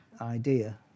idea